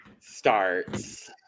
starts